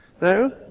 No